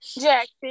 Jackson